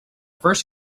first